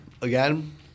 again